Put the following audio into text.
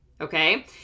okay